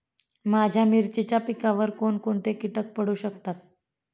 माझ्या मिरचीच्या पिकावर कोण कोणते कीटक पडू शकतात?